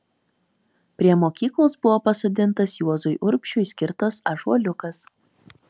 prie mokyklos buvo pasodintas juozui urbšiui skirtas ąžuoliukas